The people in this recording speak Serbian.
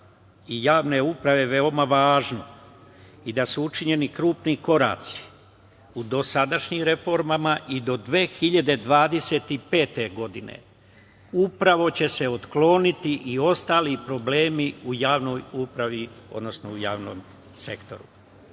i javne uprave veoma važna i da su učinjeni krupni koraci u dosadašnjim reformama i do 2025. godine upravo će se otkloniti i ostali problemi u javnoj upravi,